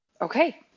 Okay